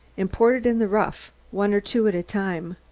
imported in the rough, one or two at a time.